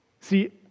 See